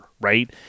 right